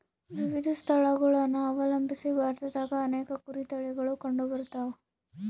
ವಿವಿಧ ಸ್ಥಳಗುಳನ ಅವಲಂಬಿಸಿ ಭಾರತದಾಗ ಅನೇಕ ಕುರಿ ತಳಿಗುಳು ಕಂಡುಬರತವ